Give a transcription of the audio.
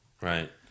Right